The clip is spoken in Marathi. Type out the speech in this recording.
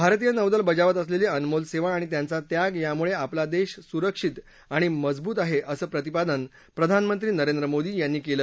भारतीय नौदल बजावत असलेली अनमोल सेवा आणित्यांचा त्याग यामुळे आपला देश सुरक्षित आणि मजबूत आहे असं प्रतिपादन प्रधानमंत्रीनरेन्द्र मोदी यांनी केलं